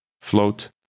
float